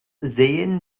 sehen